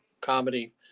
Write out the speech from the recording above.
comedy